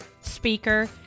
speaker